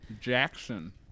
Jackson